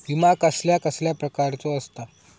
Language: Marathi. विमा कसल्या कसल्या प्रकारचो असता?